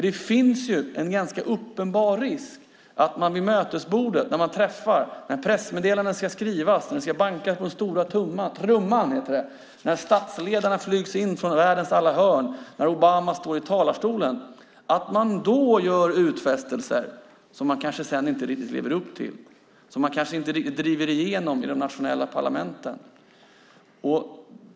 Det finns en ganska uppenbar risk att man vid mötesbordet, när man träffas, när pressmeddelanden ska skrivas, när det ska bankas på stora trumman, när statsledarna flygs in från världens alla hörn, när Obama står i talarstolen, gör utfästelser som man kanske sedan inte riktigt lever upp till, som man kanske inte riktigt driver igenom i de nationella parlamenten.